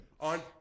On